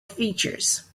features